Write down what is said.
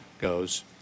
goes